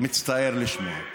מצטער לשמוע.